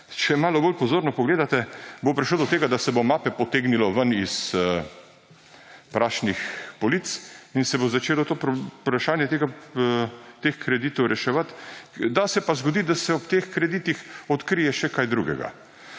Če malo bolj pozorno pogledate, bo prišlo do tega, da se bo mape potegnilo s prašnih polic in se bo začelo vprašaje teh kreditov reševati, da se pa zgoditi, da se ob teh kreditih odkrije še kaj drugega